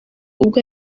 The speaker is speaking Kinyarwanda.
ubwo